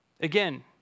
Again